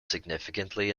significantly